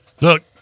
Look